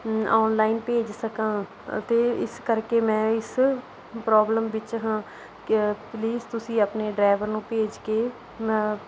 online ਭੇਜ ਸਕਾਂ ਅਤੇ ਇਸ ਕਰਕੇੇ ਮੈਂ ਇਸ ਪ੍ਰੋਬਲਮ ਵਿੱਚ ਹਾਂ ਕਿ ਪਲੀਸ ਤੁਸੀਂ ਆਪਣੇ ਡਰਾਇਵਰ ਨੂੰ ਭੇਜ ਕੇ ਮੈਂ